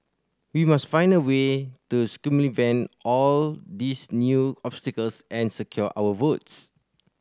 we must find a way to circumvent all these new obstacles and secure our votes